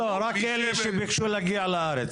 לא, רק אלה שביקשו להגיע לארץ.